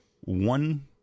one